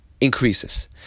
increases